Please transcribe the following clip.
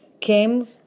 came